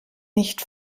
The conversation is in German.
nicht